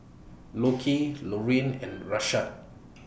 Lockie Laurine and Rashad